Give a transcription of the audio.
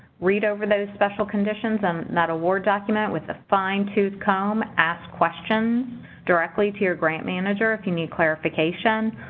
read over those special conditions and that award document with a fine-toothed comb. ask questions directly to your grant manager, if you need clarification.